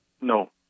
No